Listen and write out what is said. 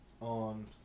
on